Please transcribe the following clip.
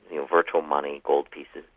your virtual money, gold pieces,